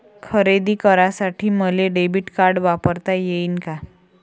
खरेदी करासाठी मले डेबिट कार्ड वापरता येईन का?